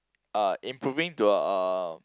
uh improving to a uh